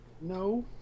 No